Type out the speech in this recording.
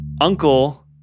Uncle